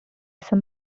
some